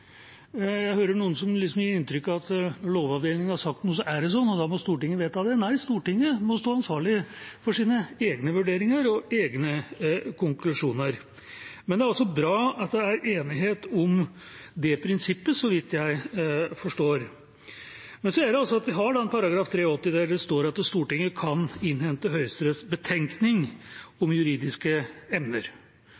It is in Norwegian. Jeg hører noen liksom gi inntrykk av at når lovavdelingen har sagt noe, så er det sånn, og da må Stortinget vedta det. Nei, Stortinget må stå ansvarlig for sine egne vurderinger og konklusjoner. Men det er altså bra at det er enighet om det prinsippet, så vidt jeg forstår. Så er det sånn at vi har § 83, der det står at Stortinget kan innhente Høyesteretts betenkning